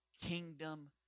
kingdom